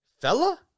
fella